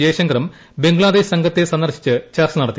ജയ്ശങ്കറും ബംഗ്ലാദേശ് സംഘത്തെ സന്ദർശിച്ച് ചർച്ച നടത്തി